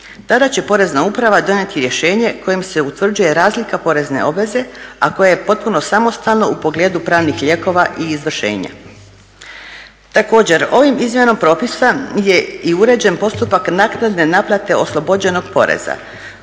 Tada će Porezna uprava donijeti rješenje kojim se utvrđuje razlika porezne obveze, a koja je potpuno samostalna u pogledu pravnih lijekova i izvršenja. Također ovom izmjenom propisa je i uređen postupak naknade naplate oslobođenog poreza